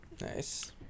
Nice